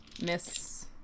Miss